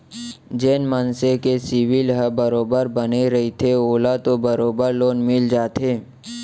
जेन मनसे के सिविल ह बरोबर बने रहिथे ओला तो बरोबर लोन मिल जाथे